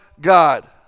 God